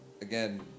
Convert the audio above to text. Again